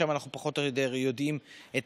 ישנם הסברים שונים לכך שמספרם ירד: מתוך המספר הזה עזבו